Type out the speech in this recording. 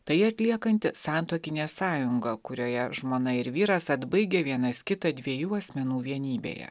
tai atliekanti santuokinė sąjunga kurioje žmona ir vyras atbaigia vienas kitą dviejų asmenų vienybėje